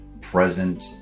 present